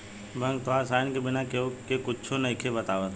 bank तोहार sign के बिना केहु के कुच्छो नइखे बतावत